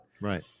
Right